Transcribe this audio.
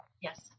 Yes